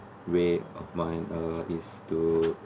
way of mine uh is to